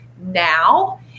now